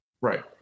right